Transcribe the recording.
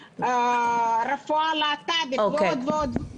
רפואה להט"בית ועוד ועוד,